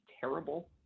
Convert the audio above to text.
terrible